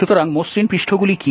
সুতরাং মসৃণ পৃষ্ঠগুলি কি